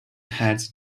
hats